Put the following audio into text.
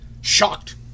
Shocked